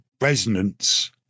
resonance